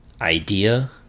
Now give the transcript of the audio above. idea